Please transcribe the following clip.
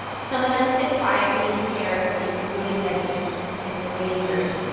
some of them sit quietly in pairs on these wooden benches in the waiting room.